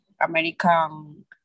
American